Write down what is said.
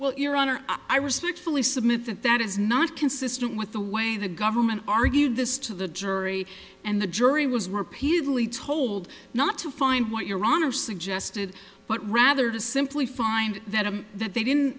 well your honor i respectfully submit that that is not consistent with the way the government argued this to the jury and the jury was repeatedly told not to find what your honor suggested but rather to simply find that i'm that they didn't